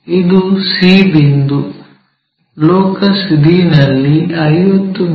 ಇದು c ಬಿಂದು locus d ನಲ್ಲಿ 50 ಮಿ